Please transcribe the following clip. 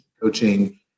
coaching